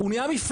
הוא נהיה מפלצת.